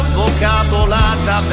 vocabolata